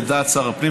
לדעת שר הפנים,